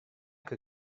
que